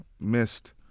missed